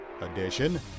edition